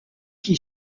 qui